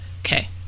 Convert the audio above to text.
okay